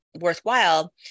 worthwhile